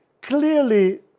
Clearly